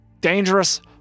dangerous